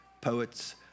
poets